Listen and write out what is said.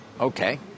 Okay